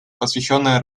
посвященное